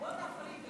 בואי נפריד בזה.